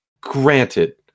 Granted